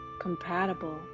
compatible